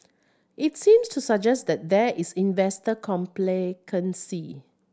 it seems to suggest that there is investor complacency